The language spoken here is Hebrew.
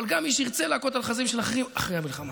אבל גם מי שירצה להכות על חזות של אחרים אחרי המלחמה.